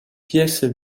pièces